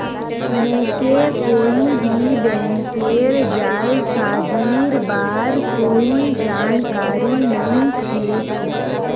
मोके कोई भी बैंकेर जालसाजीर बार कोई जानकारी नइ छेक